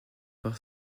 par